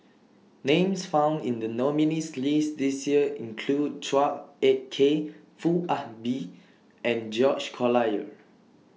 Names found in The nominees' list This Year include Chua Ek Kay Foo Ah Bee and George Collyer